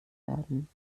werden